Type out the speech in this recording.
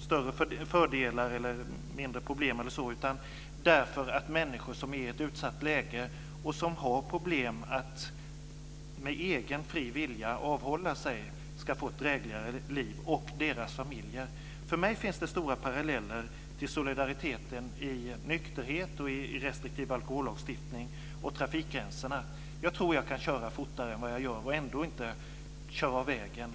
större fördelar, mindre problem eller så, utan därför att människor som är i ett utsatt läge och har problem att med egen fri vilja avhålla sig ska få ett drägligare liv, och också deras familjer. För mig finns det stora paralleller med solidariteten i nykterhet och restriktiv alkohollagstiftning och trafikgränserna. Jag tror att jag kan köra fortare än vad jag gör och ändå inte köra av vägen.